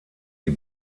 die